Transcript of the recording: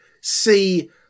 see